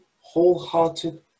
wholehearted